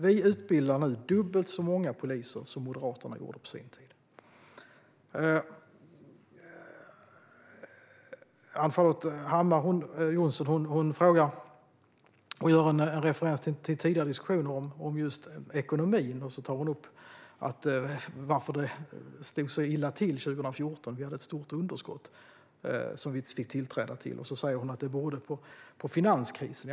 Vi utbildar nu dubbelt så många poliser som Moderaterna gjorde på sin tid. Ann-Charlotte Hammar Johnsson gjorde en referens till tidigare diskussioner om ekonomin, och så tog hon upp varför det stod så illa till 2014. Vi fick tillträda till ett stort underskott som hon sa berodde på finanskrisen.